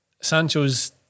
Sancho's